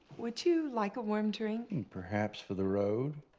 would you like a warm drink? and perhaps for the road?